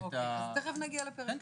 אז תיכף נגיע לפרק ב'.